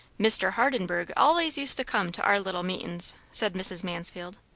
mr. hardenburgh allays used to come to our little meetin's, said mrs. mansfield.